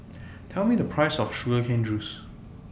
Tell Me The Price of Sugar Cane Juice